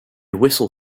whistle